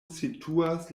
situas